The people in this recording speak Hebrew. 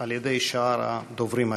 על ידי שאר הדוברים היום.